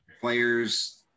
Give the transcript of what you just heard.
players